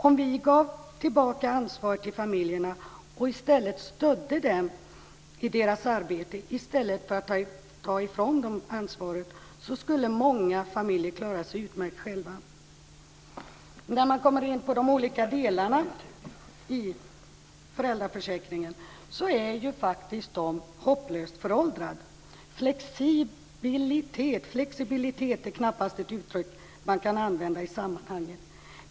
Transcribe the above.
Om vi gav tillbaka ansvaret till familjerna och stödde dem i deras arbete i stället för att ta ifrån dem ansvaret skulle många familjer klara sig utmärkt själva. När man kommer in på de olika delarna i föräldraförsäkringen ser man att de faktiskt är hopplöst föråldrade. Flexibilitet är knappast ett uttryck man kan använda i sammanhanget.